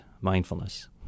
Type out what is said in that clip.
mindfulness